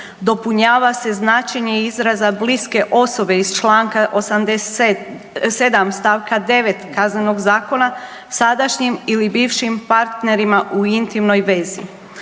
Dopunjava se značenje izraza bliske osobe iz članka 87. stavka 9. Kaznenog zakona sadašnjim ili bivšim partnerima u intimnoj vezi.